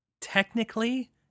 technically